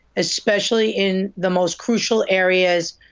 especially in the most crucial areas,